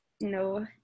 No